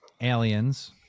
aliens